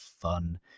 fun